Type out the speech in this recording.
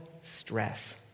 stress